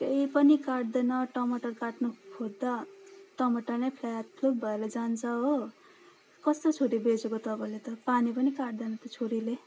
केही पनि काट्दैन टमाटर काट्नु खोज्दा टमाटर नै फ्लातफ्लुत भएर जान्छ हो कस्तो छुरी बेचेको तपाईँले त पानी पनि काट्दैन त छुरीले